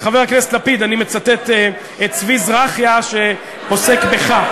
חבר הכנסת לפיד, אני מצטט את צבי זרחיה שעוסק בך.